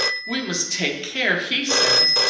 we must take care, he says,